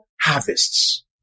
harvests